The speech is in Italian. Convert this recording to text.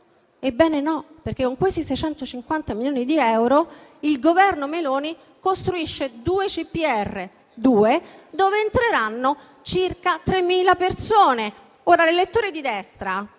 Ebbene no, perché con questi 650 milioni di euro il Governo Meloni costruisce due CPR, dove entreranno circa 3.000 persone. Ora, l'elettore di destra,